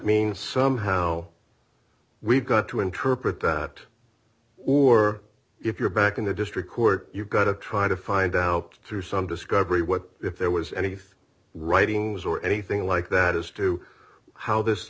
mean somehow we've got to interpret that or if you're back in the district court you've got to try to find out through some discovery what if there was anything writings or anything like that as to how this